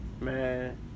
Man